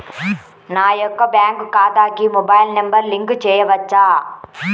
నా యొక్క బ్యాంక్ ఖాతాకి మొబైల్ నంబర్ లింక్ చేయవచ్చా?